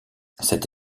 cette